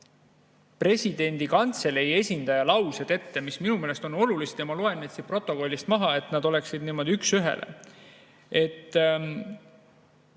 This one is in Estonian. presidendi kantselei esindaja laused ette. Minu meelest need on olulised ja ma loen need siit protokollist maha, et nad oleksid niimoodi üks ühele.